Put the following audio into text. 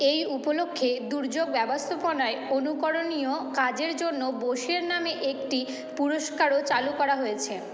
এই উপলক্ষে দুর্যোগ ব্যবস্থাপনায় অনুকরণীয় কাজের জন্য বোসের নামে একটি পুরস্কারও চালু করা হয়েছে